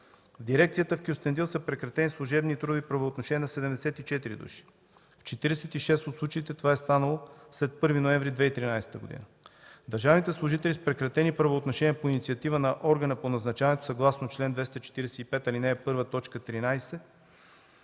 В дирекцията в Кюстендил са прекратени служебните и трудовите правоотношения на 74 души. В 46 от случаите това е станало след 1 ноември 2013 г. Държавните служители с прекратени правоотношения по инициатива на органа по назначаването, съгласно чл. 245, ал. 1, т. 13,